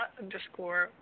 underscore